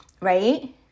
right